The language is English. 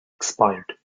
expired